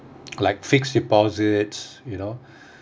like fixed deposits you know